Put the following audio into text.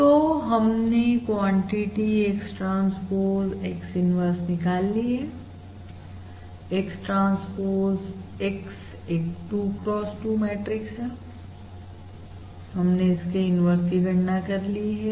तो हमने quantity x transpose x inverse निकाल ली है x ट्रांसपोज x एक 2 cross 2 मैट्रिक्स है हमने इसके इन्वर्स की गणना कर ली है